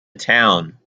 town